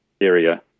area